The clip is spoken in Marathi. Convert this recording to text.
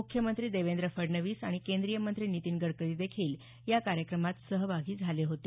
मुख्यमंत्री देवेंद्र फडणवीस आणि केंद्रीय मंत्री नितीन गडकरीदेखील या कार्यक्रमात सहभागी झाले होते